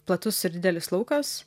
platus ir didelis laukas